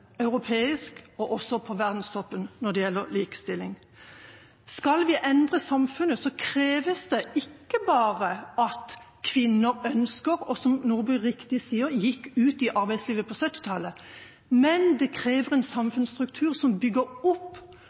og også på verdenstoppen, når det gjelder likestilling. Skal vi endre samfunnet, kreves det ikke bare at kvinner ønsker, og at de – som Nordby helt riktig sier – gikk ut i arbeidslivet på 1970-tallet, men det krever en samfunnsstruktur som bygger opp